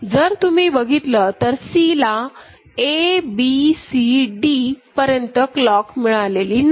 जर तुम्ही बघितलं तर Cला abcd पर्यंत क्लॉक मिळालेली नाही